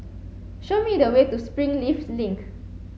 show me the way to Springleafs Link